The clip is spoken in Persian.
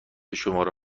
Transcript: شماره